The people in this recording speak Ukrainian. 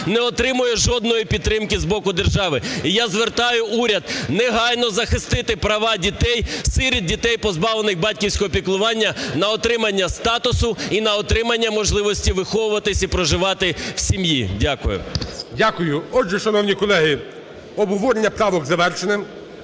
не отримує жодної підтримки з боку держави. І я звертаю уряд: негайно захистити права дітей-сиріт, дітей, позбавлених батьківського піклування, на отримання статусу і на отримання можливості виховуватись і проживати в сім'ї. Дякую. ГОЛОВУЮЧИЙ. Дякую. Отже, шановні колеги, обговорення правок звершене.